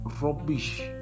rubbish